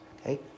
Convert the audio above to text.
Okay